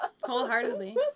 wholeheartedly